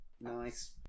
Nice